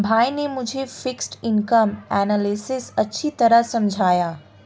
भाई ने मुझे फिक्स्ड इनकम एनालिसिस अच्छी तरह समझाया